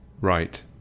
Right